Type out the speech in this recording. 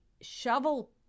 shovel